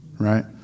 Right